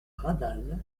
radal